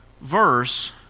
verse